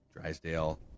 Drysdale